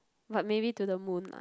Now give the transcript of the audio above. but maybe to the moon ah